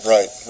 Right